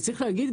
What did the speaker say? צריך להגיד,